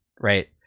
right